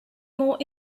more